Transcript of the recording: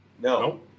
No